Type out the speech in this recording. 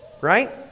Right